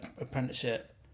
apprenticeship